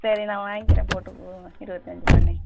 சரி நான் வாங்கிக்கிறேன் போட்டு கொடுங்க இருபத்தஞ்சு ருபானே